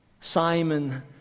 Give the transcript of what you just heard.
Simon